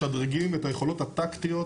האמצעים משדרגים את היכולות הטקטיות